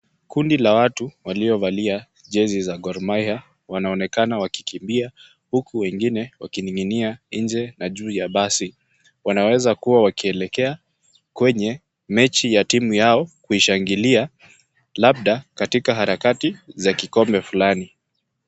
Kundi la watu waliovalia jezi za Gormahia wanaonekana wakikimbia huku wengine wakining'inia nje na juu ya basi. Wanaweza kuwa wakielekea kwenye mechi ya timu yao kuishangilia labda katika harakati za kikombe fulani.